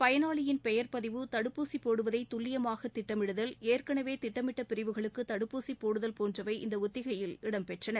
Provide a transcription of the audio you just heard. பயனாளியின் பெயர் பதிவு தடுப்பூசி போடுவதை துல்லியமாக திட்டமிடுதல் ஏற்கனவே திட்டமிட்ட பிரிவுகளுக்கு தடுப்பூசி போடுதல் போன்றவை இந்த ஒத்திகையில் இடம்பெற்றன